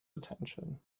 attention